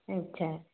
अच्छा